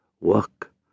Work